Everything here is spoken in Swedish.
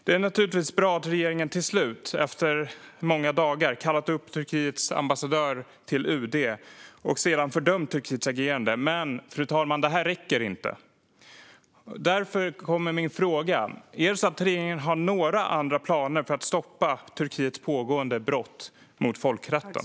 Det är givetvis bra att regeringen till slut, efter många dagar, kallat upp Turkiets ambassadör till UD och sedan fördömt Turkiets agerande. Men, fru talman, detta räcker inte. Har regeringen några andra planer för att stoppa Turkiets pågående brott mot folkrätten?